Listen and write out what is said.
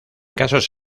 casos